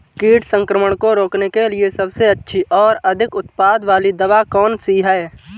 कीट संक्रमण को रोकने के लिए सबसे अच्छी और अधिक उत्पाद वाली दवा कौन सी है?